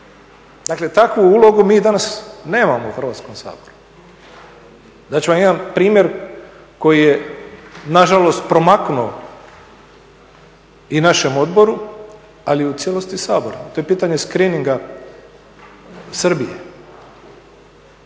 Dakle takvu ulogu mi danas nemamo u Hrvatskom saboru. Dati ću vam jedan primjer koji je nažalost promaknuo i našem odboru ali i u cijelosti Saboru. To je pitanje screeninga Srbije